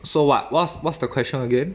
so what what's what's the question again